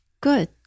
good